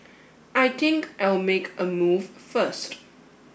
I think I'll make a move first